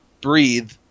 breathe